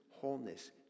Wholeness